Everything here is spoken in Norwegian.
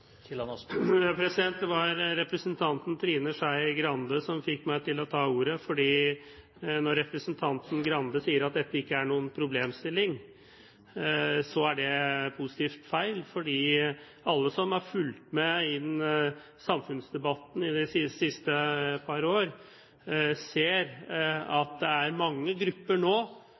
Det var representanten Trine Skei Grande som fikk meg til å ta ordet, fordi når representanten Skei Grande sier at dette ikke er noen problemstilling, så er det positivt feil. Alle som har fulgt med i samfunnsdebatten i de siste par år, ser at det er mange grupper nå